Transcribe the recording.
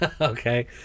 Okay